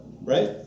Right